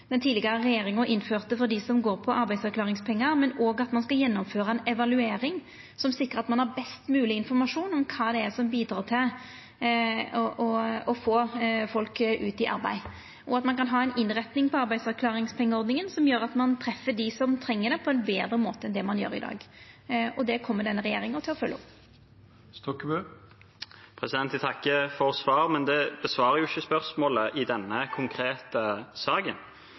går på arbeidsavklaringspengar, men òg at ein skal gjennomføra ei evaluering, som sikrar at ein har best mogleg informasjon om kva det er som bidreg til å få folk ut i arbeid, og at ein kan ha ei innretning på arbeidsavklaringspengeordninga som gjer at ein treff dei som treng det, på ein betre måte enn ein gjer i dag. Det kjem denne regjeringa til å følgja opp. Jeg takker for svaret, men det besvarer jo ikke spørsmålet i denne konkrete